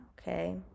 okay